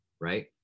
right